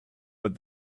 but